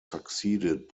succeeded